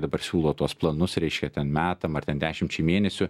dabar siūlo tuos planus ten metam ar ten dešimčiai mėnesių